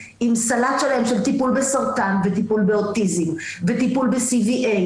עם סלט שלם של טיפול בסרטן וטיפול באוטיזם וטיפול ב-CVA,